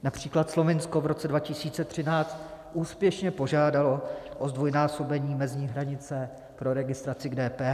Například Slovinsko v roce 2013 úspěšně požádalo o zdvojnásobení mezní hranice pro registraci k DPH.